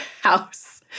house